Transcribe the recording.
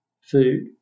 food